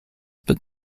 but